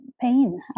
pain